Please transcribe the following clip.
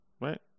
right